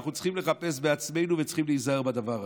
אנחנו צריכים לחפש בעצמנו וצריכים להיזהר בדבר הזה.